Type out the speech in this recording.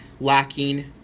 lacking